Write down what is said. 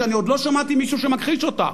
שאני עוד לא שמעתי מישהו שמכחיש אותה,